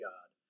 God